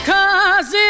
Cause